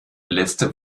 letzte